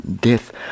death